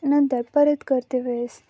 नंतर परत करतेवेळेस